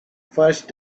first